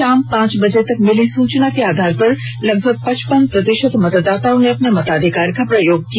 शाम पांच बजे तक मिली सूचना के अनुसार लगभग पचपन प्रतिशत मतदाताओं ने अपने मताधिकार का प्रयोग किया